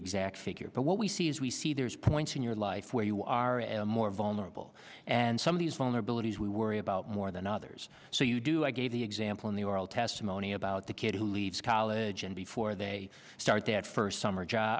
exact figure but what we see is we see there's points in your life where you are more vulnerable and some of these vulnerabilities we worry about more than others so you do i gave the example in the oral testimony about the kid who leads college and before they start that first summer